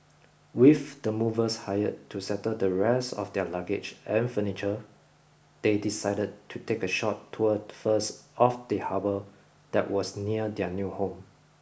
with the movers hired to settle the rest of their luggage and furniture they decided to take a short tour first of the harbour that was near their new home